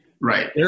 Right